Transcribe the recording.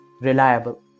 reliable